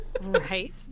Right